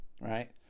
Right